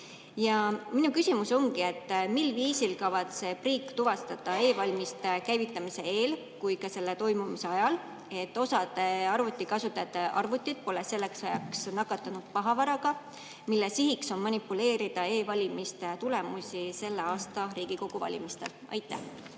Minu küsimus ongi: mil viisil kavatseb riik tuvastada nii e‑valimiste käivitamise eel kui ka selle toimumise ajal, et osa arvutikasutajate arvutid pole selleks ajaks nakatunud pahavaraga, mille sihiks on manipuleerida e‑valimiste tulemusi selle aasta Riigikogu valimistel? Aitäh,